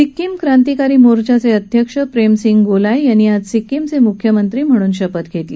सिक्कीम क्रांतीकारी मोर्चाचे अध्यक्ष प्रेमसिंग गोलाय यांनी आज सिक्कीमचे मुख्यमंत्री म्हणून शपथ घेतली